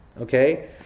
okay